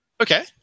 Okay